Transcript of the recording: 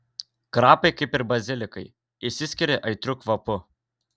krapai kaip ir bazilikai išsiskiria aitriu kvapu